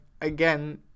again